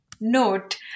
note